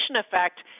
effect